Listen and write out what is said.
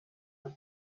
and